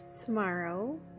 tomorrow